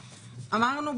אמרנו,